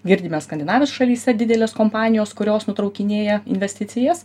girdime skandinavijos šalyse didelės kompanijos kurios nutraukinėja investicijas